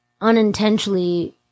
unintentionally